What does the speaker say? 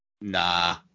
nah